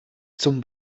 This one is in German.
zum